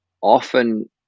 often